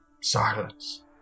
Silence